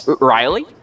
Riley